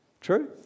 True